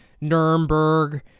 Nuremberg